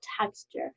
texture